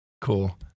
Cool